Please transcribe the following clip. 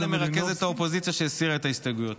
תודה למרכזת האופוזיציה שהסירה את ההסתייגויות.